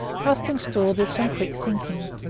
arstingstall did some quick thinking.